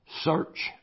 Search